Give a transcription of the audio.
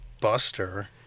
Buster